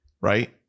right